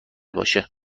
باشه